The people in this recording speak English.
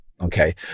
Okay